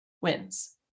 wins